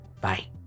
Bye